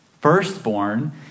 firstborn